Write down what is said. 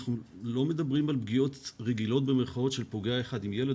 אנחנו לא מדברים על פגיעות "רגילות" של פוגע אחד עם ילד